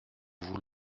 vous